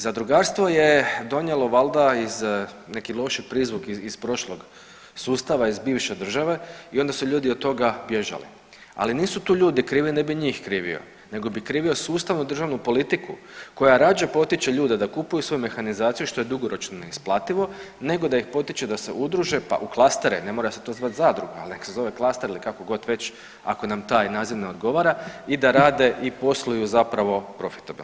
Zadrugarstvo je donijelo valda neki loši prizvuk iz prošlog sustava iz bivše države i onda su ljudi od toga bježali, ali nisu tu ljudi krivi ne bi njih krivio nego bi krivio sustavnu državnu politiku koja rađe potiče ljude da kupuju svoju mehanizaciju što je dugoročno neisplativo nego da ih potiče da se udruže pa u klastere, ne mora se to zvat zadruga, ali neka se zove klaster ili kakogod već ako nam taj naziv ne odgovara i da rade i posluju zapravo profitabilno.